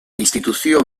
instituzio